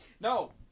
No